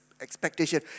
expectation